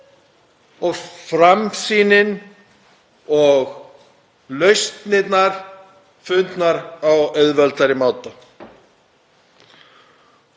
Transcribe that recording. og framsýnin og lausnirnar fundnar á auðveldari máta.